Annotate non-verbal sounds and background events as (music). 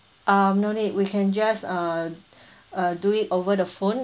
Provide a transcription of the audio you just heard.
uh no need we can just uh (breath) uh do it over the phone